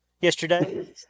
yesterday